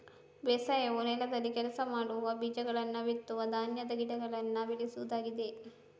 ಬೇಸಾಯವು ನೆಲದಲ್ಲಿ ಕೆಲಸ ಮಾಡುವ, ಬೀಜಗಳನ್ನ ಬಿತ್ತುವ ಧಾನ್ಯದ ಗಿಡಗಳನ್ನ ಬೆಳೆಸುವುದಾಗಿದೆ